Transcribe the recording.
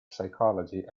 psychology